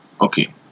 Okay